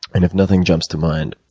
and if nothing jumps to mind,